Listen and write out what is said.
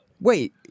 wait